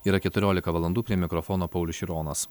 yra keturiolika valandų prie mikrofono paulius šironas